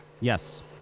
Yes